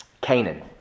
Canaan